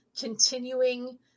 continuing